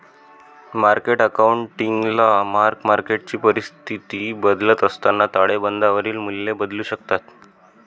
market अकाउंटिंगला mark मार्केटची परिस्थिती बदलत असताना ताळेबंदावरील मूल्ये बदलू शकतात